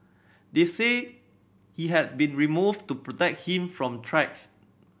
they say he had been removed to protect him from threats